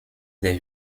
des